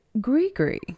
Gregory